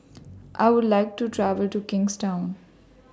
I Would like to travel to Kingstown